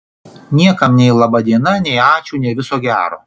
niekam nei laba diena nei ačiū nei viso gero